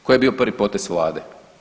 Koji je bio prvi potez Vlade?